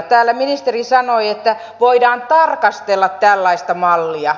täällä ministeri sanoi että voidaan tarkastella tällaista mallia